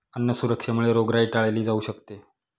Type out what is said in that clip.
अन्न सुरक्षेमुळे रोगराई टाळली जाऊ शकते